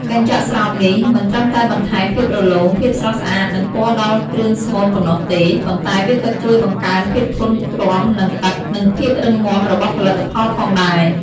កញ្ចក់ស្រោបនេះ មិនត្រឹមតែបន្ថែមភាពរលោង ភាពស្រស់ស្អាត និងពណ៌ដល់គ្រឿងស្មូនប៉ុណ្ណោះទេ ប៉ុន្តែវាក៏ជួយបង្កើនភាពធន់ទ្រាំនឹងទឹក និងភាពរឹងមាំរបស់ផលិតផលផងដែរ។